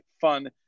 fun